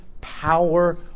power